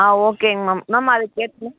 ஆ ஓகேங்க ma'am ma'am அதுக்கேற்ற